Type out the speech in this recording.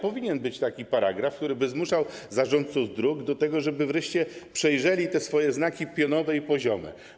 Powinien być taki paragraf, który by zmuszał zarządców dróg do tego, żeby wreszcie przejrzeli swoje znaki pionowe i poziome.